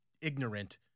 ignorant